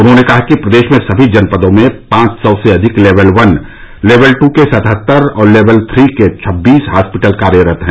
उन्होंने कहा कि प्रदेश में समी जनपदों में पांच सौ से अधिक लेवल वन लेवल टू के सतहत्तर और लेवल थ्री के छब्बीस हॉस्पिटल कार्यरत हैं